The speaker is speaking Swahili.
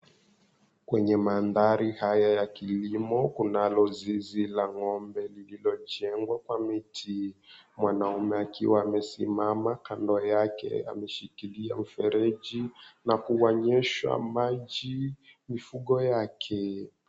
Kwenye mandhari haya ya kilimo kunalo zizi la ng'ombe lililojengwa kwa miti. Mwanaume akiwa amesimama kando yake ameshikilia mfereji na kuwanywesha maji mifugo yake.